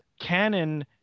canon